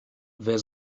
wer